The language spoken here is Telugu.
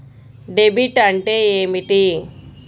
డెబిట్ అంటే ఏమిటి?